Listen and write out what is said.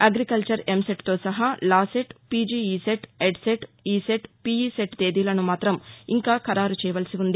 agriculture ఎంసెట్తో సహా LAWCET PG ECET EDCET ICET PECET తేదీలను మాత్రం ఇంకా ఖరారు చేయవలసి ఉంది